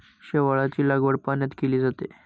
शेवाळाची लागवड पाण्यात केली जाते